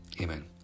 Amen